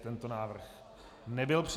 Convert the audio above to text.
Tento návrh nebyl přijat.